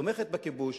תומכת בכיבוש,